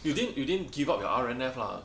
you didn't you didn't give up your R_N_F lah